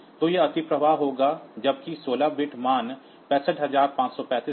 तो यह ओवरफ्लो होगा जब कि 16 बिट मान 65535 को पार कर जाता है